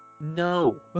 No